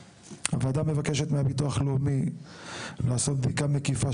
3. הוועדה מבקשת מהביטוח הלאומי לעשות בדיקה מקיפה